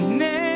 name